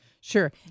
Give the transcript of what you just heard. Sure